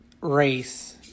race